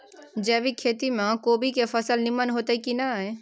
जैविक खेती म कोबी के फसल नीमन होतय की नय?